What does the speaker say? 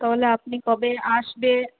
তাহলে আপনি কবে আসবে